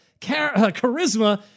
charisma